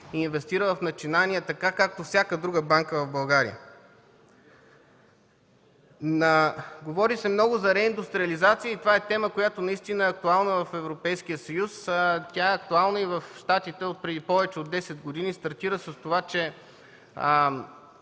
и инвестира в начинания, както всяка друга банка в България. Говори се много за реиндустриализация. Това е тема, която наистина е актуална в Европейския съюз. Тя е актуална и в Щатите отпреди повече от 10 години. Стартира с това, че